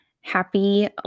happy